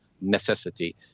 necessity